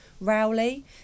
Rowley